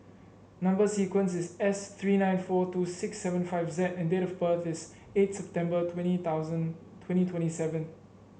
number sequence is S three nine four two six seven five Z and date of birth is eight September twenty twenty seven